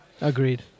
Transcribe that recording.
Agreed